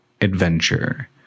adventure